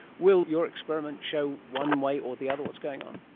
will your experiment show one way or the other what's going on?